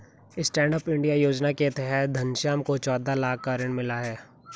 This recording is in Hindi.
स्टैंडअप इंडिया योजना के तहत घनश्याम को चौदह लाख का ऋण मिला है